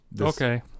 okay